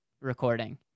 recording